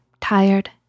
tired